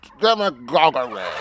demagoguery